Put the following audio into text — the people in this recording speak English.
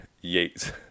Yates